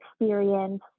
experience